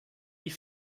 die